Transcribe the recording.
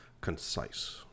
concise